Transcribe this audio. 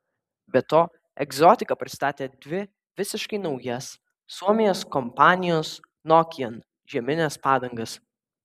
be to egzotika pristatė dvi visiškai naujas suomijos kompanijos nokian žiemines padangas